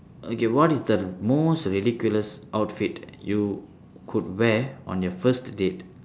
okay what is the most ridiculous outfit you could wear on your first date